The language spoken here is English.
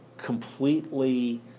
Completely